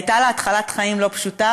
הייתה לה התחלת חיים לא פשוטה,